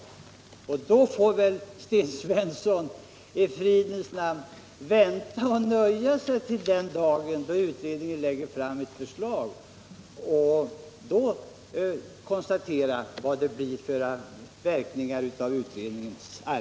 Sten Svensson får väl i fridens namn nöja sig med detta och vänta tills utredningen lägger fram sitt förslag innan han konstaterar vilka verkningar det kan få.